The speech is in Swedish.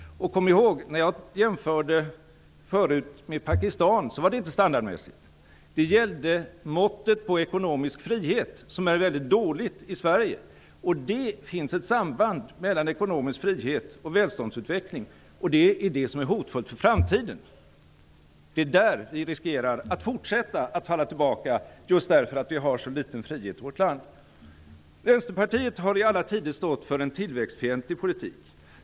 Kom ihåg att när jag tidigare jämförde med Pakistan var det inte standardmässigt. Det gällde måttet på ekonomisk frihet. Den friheten är mycket dålig i Sverige. Det finns ett samband mellan ekonomisk frihet och välståndsutveckling. Det är det som är hotfullt för framtiden. Det är där vi riskerar att fortsätta att falla tillbaka, just därför att vi har en sådan liten frihet i vårt land. Vänsterpartiet har i alla tider stått för en tillväxtfientlig politik.